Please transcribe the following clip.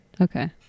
Okay